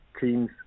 teams